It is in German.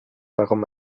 warum